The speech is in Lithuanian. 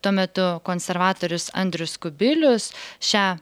tuo metu konservatorius andrius kubilius šią